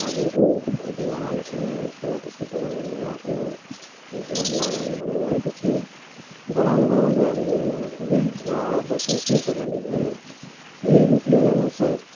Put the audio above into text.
हाजिरी पनि त्यति नराम्रो छैन र त्यस्तै प्रकारले आफ्नो जीवनलाई अगाडि बडाइरहेको छु बडाउँदा बडाउँदै अहिले यो उमेरमा पुगेँ र अब चाहिँ के छ भन्देखिलाई यो रूप लिएर नै सायद